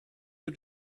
you